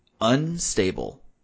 unstable